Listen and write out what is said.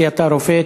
כי אתה רופא,